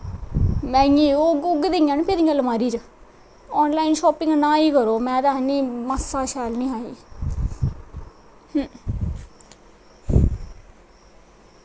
में उऐ जेहियां न पेदियां अलमारी च ऑन लाईन शापिंग ना ही करो में ते आक्खनी मास्सा शैल निं ऐ ही